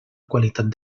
qualitat